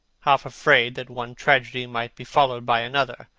half afraid that one tragedy might be followed by another.